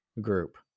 group